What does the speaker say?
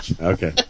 Okay